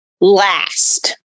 last